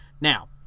Now